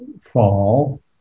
fall